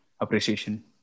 appreciation